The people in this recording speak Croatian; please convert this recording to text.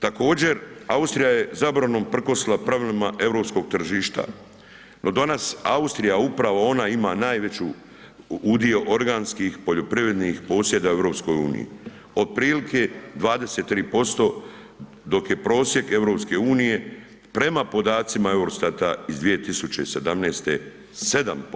Također, Austrija je zabranom prkosila pravilima europskog tržišta no danas Austrija, upravo ona ima najveću udio organskih poljoprivrednih posjeda u EU-i, otprilike 23%, dok je prosjek EU-e prema podacima Eurostata iz 2017. 7%